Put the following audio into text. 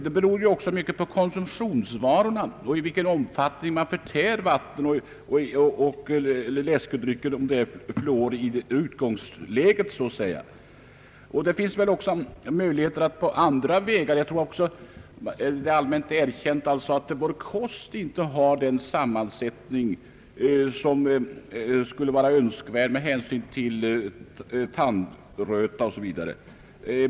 Det beror ju också mycket på konsumtionsvanorna och i vilken omfattning man förtär vatten och läskedrycker med fluor i utgångsläget så att säga. Man kan också få fluor på andra vägar. Det är väl allmänt erkänt att vår kost inte har den sammansättning som skulle vara önskvärd med hänsyn till tandrötan, osv.